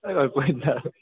അത് കുഴപ്പമില്ല